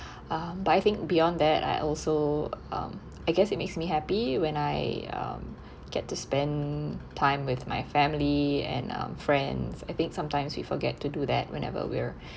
um but I think beyond that I also um I guess it makes me happy when I um get to spend time with my family and um friends I think sometimes we forget to do that whenever we're